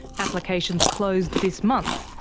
applications closed this month,